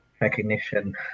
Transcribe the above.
recognition